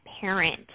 parent